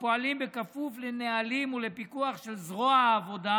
הפועלים בכפוף לנהלים ולפיקוח של זרוע העבודה,